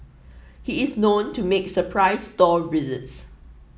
he is known to make surprise store visits